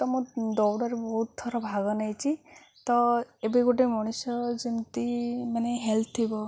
ତ ମୁଁ ଦୌଡ଼ରେ ବହୁତ ଥର ଭାଗ ନେଇଛି ତ ଏବେ ଗୋଟେ ମଣିଷ ଯେମିତି ମାନେ ହେଲ୍ଥ ଥିବ